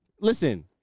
Listen